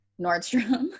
Nordstrom